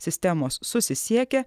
sistemos susisiekia